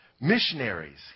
Missionaries